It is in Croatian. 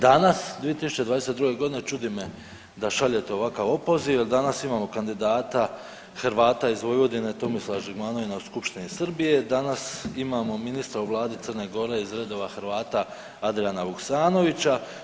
Danas 2022. godine čudi me da šaljete ovakav opoziv jer danas imamo kandidata Hrvata iz Vojvodine Tomislava Žigmanova u skupštini Srbije, danas imamo ministra u vladi Crne Gore iz redova Hrvata Adriana Vuksanovića.